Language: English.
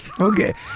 Okay